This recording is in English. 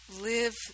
live